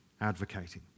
advocating